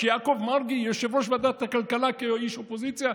שיעקב מרגי יהיה יושב-ראש ועדת הכלכלה כאיש אופוזיציה?